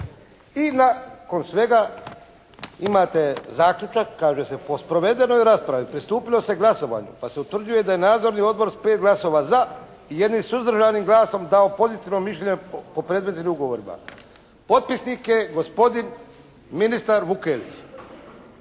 i nakon svega imate zaključak. Kaže se: “Po sprovedenoj raspravi pristupilo se glasovanju pa se utvrđuje da je nadzorni odbor s pet glasova za i jednim suzdržanim glasom dao pozitivno mišljenje po predmetnim ugovorima. Potpisnik je gospodin ministar Vukelić,